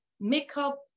makeup